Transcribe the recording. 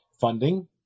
funding